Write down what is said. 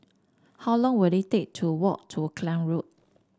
how long will it take to walk to Klang Road